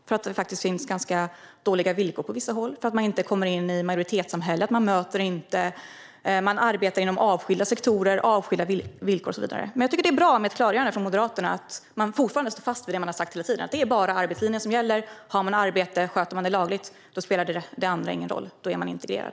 Det kan bero på att det finns ganska dåliga villkor på vissa håll, att man inte kommer in i majoritetssamhället, att man arbetar inom avskilda sektorer med avskilda villkor och så vidare. Men jag tycker att det är bra med ett klargörande här från Moderaterna av att man fortfarande står fast vid det man har sagt hela tiden: Det är bara arbetslinjen som gäller. Om man har arbete och sköter det lagligt spelar det andra ingen roll. Då är man integrerad.